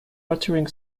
watering